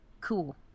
Cool